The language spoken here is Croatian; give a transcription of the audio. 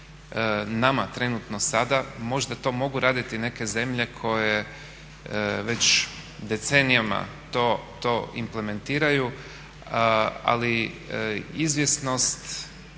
nama trenutno sada. Možda to mogu raditi neke zemlje koje već decenijama to implementiraju, ali izvjesnost